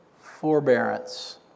forbearance